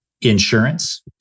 insurance